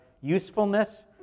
usefulness